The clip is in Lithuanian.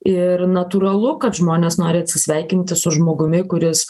ir natūralu kad žmonės nori atsisveikinti su žmogumi kuris